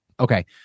Okay